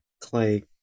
clay